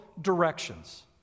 directions